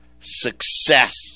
success